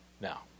Now